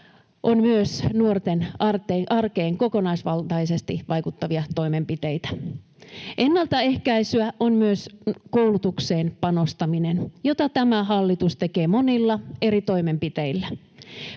on myös nuorten arkeen kokonaisvaltaisesti vaikuttavia toimenpiteitä. Ennaltaehkäisyä on myös koulutukseen panostaminen, jota tämä hallitus tekee monilla eri toimenpiteillä.